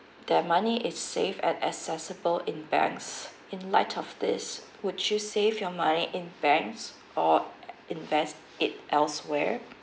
their money is safe and accessible in banks in light of this would you save your money in banks or invest it elsewhere